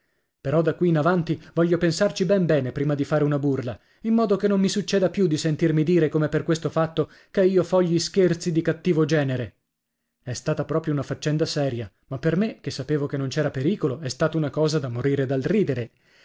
però da qui in avanti voglio pensarci ben bene prima di fare una burla in modo che non mi succeda più di sentirmi dire come per questo fatto che io fo gli scherzi di cattivo genere è stata proprio una faccenda seria ma per me che sapevo che non c'era pericolo è stata una cosa da morire dal ridere